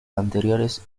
anteriores